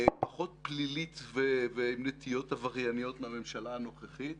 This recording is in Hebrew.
פחות פלילית ועם נטיות עברייניות מהממשלה הנוכחית.